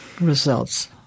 results